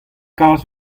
kalz